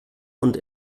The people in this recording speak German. und